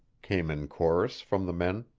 came in chorus from the men.